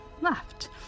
left